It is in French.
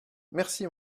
merci